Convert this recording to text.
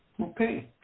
Okay